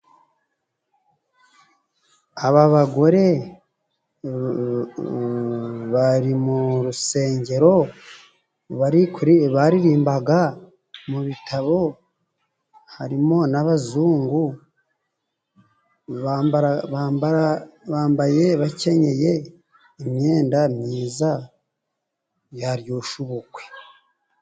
Aba bagore bari mu rusengero, baririmbaga mu bitabo, harimo n'abazungu bambaye bakenyeye imyenda myiza, yaryoshya ubukwe.